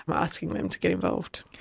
um asking them to get involved.